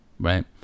right